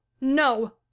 no